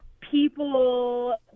people